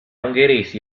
ungheresi